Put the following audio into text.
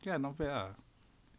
kan not bad ah